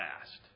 last